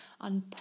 on